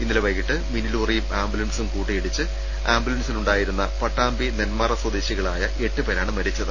ഇന്നലെ വൈകുന്നേരം മിനിലോറിയും ആംബുലൻസും കൂട്ടിയിടിച്ച് ആംബുലൻസിൽ ഉണ്ടായിരുന്ന പട്ടാമ്പി നെന്മാറ സ്വദേശികളായ എട്ടു പേരാണ് മരിച്ചത്